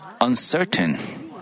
uncertain